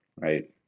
right